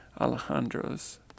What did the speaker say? Alejandro's